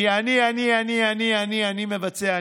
מ"אני אני אני אני אני אני מבצע",